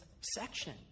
section